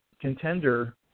contender